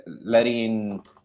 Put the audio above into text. letting